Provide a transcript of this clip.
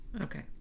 Okay